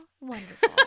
wonderful